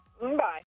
Bye